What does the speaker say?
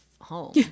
home